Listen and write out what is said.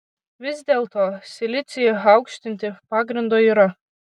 vis dėlto silicį aukštinti pagrindo yra